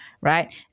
right